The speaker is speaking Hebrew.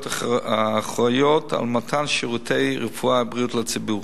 האחראיות למתן שירותי רפואה ובריאות לציבור.